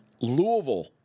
Louisville